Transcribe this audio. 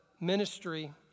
ministry